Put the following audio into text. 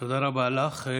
תודה רבה לך.